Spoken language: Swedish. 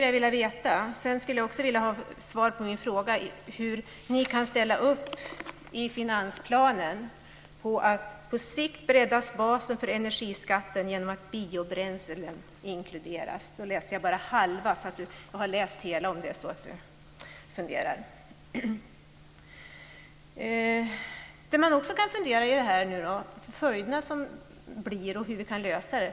Jag skulle också vilja få svar på min fråga hur ni kan ställa upp på uttalandet i finansplanen att energiskatten på sikt ska breddas genom att biobränslen inkluderas. Jag har här bara återgivit halva uttalandet, men jag vill säga att jag har läst det i dess helhet. Man kan också fundera över de följder som uppstår och hur dessa problem kan lösas.